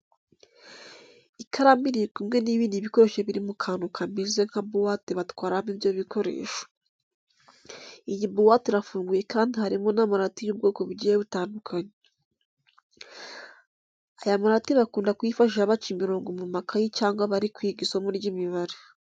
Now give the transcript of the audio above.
Ikaramu iri kumwe n'ibindi bikoresho biri mu kantu kameze nka buwate batwaramo ibyo bikoresho. Iyi buwate irafunguye kandi harimo n'amarati y'ubwoko bugiye butandukanye. Aya marati bakunda kuyifashisha baca imirongo mu makayi cyangwa bari kwiga isomo ry'imibare.